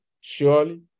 Surely